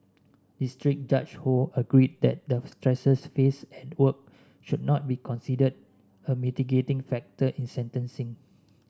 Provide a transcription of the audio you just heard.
district Judge Ho agreed that the stresses faced at work should not be considered a mitigating factor in sentencing